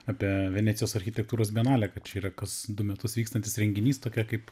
apie venecijos architektūros bienalę kad čia yra kas du metus vykstantis renginys tokia kaip